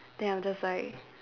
then I'm just like